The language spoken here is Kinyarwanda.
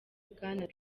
bwana